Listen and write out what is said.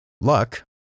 Luck